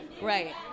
Right